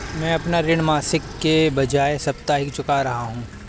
मैं अपना ऋण मासिक के बजाय साप्ताहिक चुका रहा हूँ